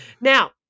Now